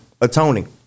atoning